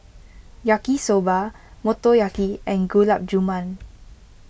Yaki Soba Motoyaki and Gulab Jamun